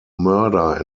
murder